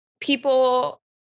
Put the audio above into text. people